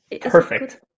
Perfect